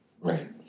Right